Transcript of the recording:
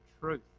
truth